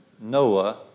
Noah